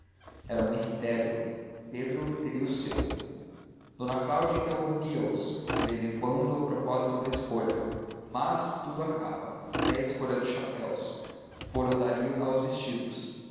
era um mistério pedro teria o seu d cláudia interrompia os de vez em quando a propósito da escolha mas tudo acaba até a escolha de chapéus foram dali aos vestidos